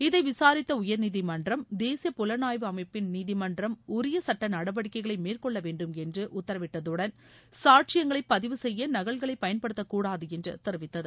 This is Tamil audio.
இதை விசாரித்த உயர்நீதிமன்றம் தேசிய புலணாய்வு அமைப்பின் நீதிமன்றம் உரிய சுட்ட நடவடிக்கைகளை மேற்கொள்ள வேண்டுமென்று உத்தரவிட்டதுடன் சாட்சியங்களை பதிவு செய்ய நகல்களை பயன்படுத்த கூடாது என்று தெரிவித்தது